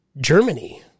Germany